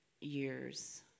years